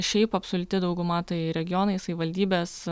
šiaip absoliuti dauguma tai regionai savivaldybės